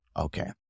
okay